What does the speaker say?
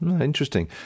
Interesting